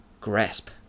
grasp